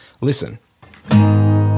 Listen